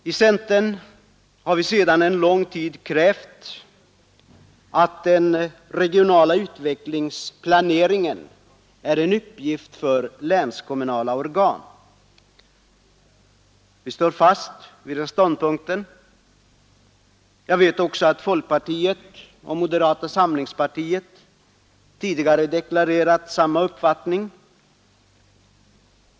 I centern har vi sedan en lång tid hävdat att den regionala utvecklingsplaneringen är en uppgift för länskommunala organ. Vi står fast vid den ståndpunkten. Jag vet också att folkpartiet och moderata samlingspartiet tidigare deklarerat samma uppfattning.